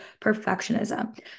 perfectionism